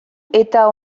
eta